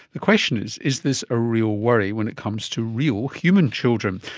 the question is, is this a real worry when it comes to real human children?